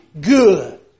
good